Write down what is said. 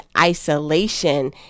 isolation